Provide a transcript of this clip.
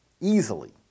easily